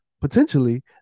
potentially